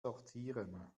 sortieren